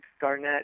Garnett